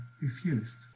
refused